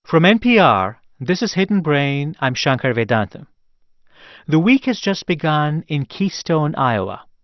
from npr, this is hidden brain. i'm shankar vedantam the week has just begun in keystone, iowa.